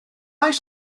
oes